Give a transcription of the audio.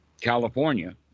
California